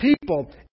people